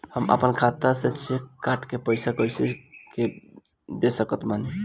हम अपना खाता से चेक काट के पैसा कोई के कैसे दे सकत बानी?